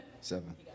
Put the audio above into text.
Seven